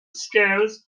scales